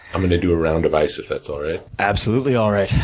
i'm gonna do a round of ice, if that's alright. absolutely alright.